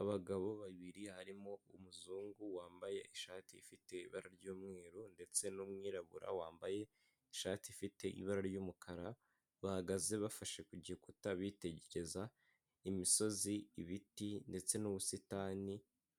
Abagabo babiri harimo umuzungu wambaye ishati ifite ibara ry'umweru ndetse n'umwirabura wambaye ishati ifite ibara ry'umukara, bahagaze bafashe ku gikuta bitegereza imisozi, ibiti ndetse n'ubusitani